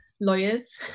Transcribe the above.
lawyers